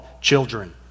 children